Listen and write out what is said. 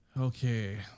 Okay